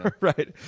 right